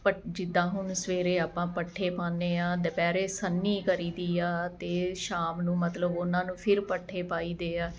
ਪਟ ਜਿੱਦਾਂ ਹੁਣ ਸਵੇਰੇ ਆਪਾਂ ਪੱਠੇ ਪਾਉਦੇ ਹਾਂ ਦੁਪਹਿਰੇ ਸੰਨੀ ਕਰੀਦੀ ਆ ਅਤੇ ਸ਼ਾਮ ਨੂੰ ਮਤਲਬ ਉਹਨਾਂ ਨੂੰ ਫਿਰ ਪੱਠੇ ਪਾਈਏ ਆ